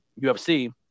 UFC